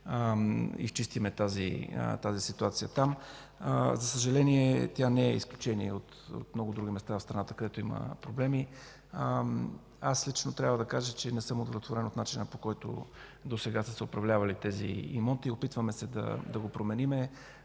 изчистим ситуацията там. За съжаление, тя не е изключение. Има много други места в страната, където има проблеми. Лично аз искам да кажа, че не съм удовлетворен от начина, по който досега са управлявани тези имоти. Опитваме се да го променим.